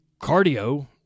cardio